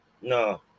no